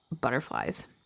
Butterflies